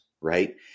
right